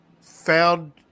found